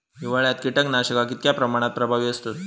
हिवाळ्यात कीटकनाशका कीतक्या प्रमाणात प्रभावी असतत?